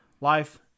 life